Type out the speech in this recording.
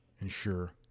ensure